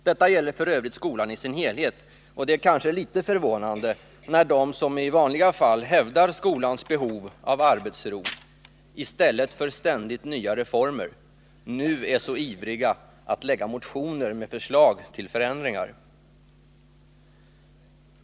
Detta gäller f. ö. skolan i dess helhet, och det är kanske litet förvånande att de som i vanliga fall hävdar skolans behov av arbetsro i stället för ständigt nya reformer nu är så ivriga att lägga fram motioner med förslag till förändringar.